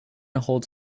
holds